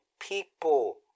people